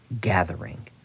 gathering